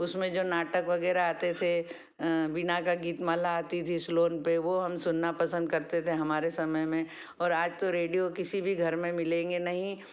उसमें जो नाटक वगैरह आते थे बीना का गीत माला आती थी स्लोन पर वह हम पसंद करते थे सुनना हमारे समय में और आज तो रेडियो किसी भी घर में मिलेंगे नहीं